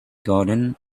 garden